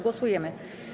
Głosujemy.